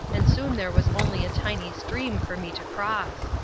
and soon there was only a tiny stream for me to cross.